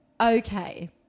Okay